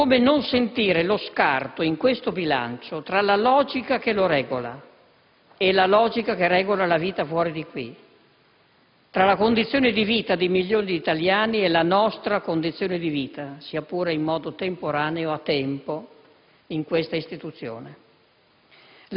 Come non sentire lo scarto in questo bilancio tra la logica che lo regola e la logica che regola la vita fuori di qui, tra la condizione di vita di milioni di italiani e la nostra condizione di vita, sia pure in modo temporaneo, a tempo, in questa istituzione?